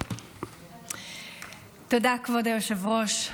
תודה, כבוד היושב-ראש.